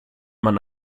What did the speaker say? man